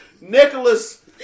Nicholas